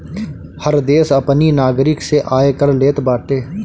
हर देस अपनी नागरिक से आयकर लेत बाटे